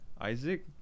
Isaac